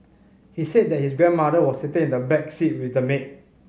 he said that his grandmother was sitting in the back seat with the maid